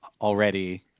already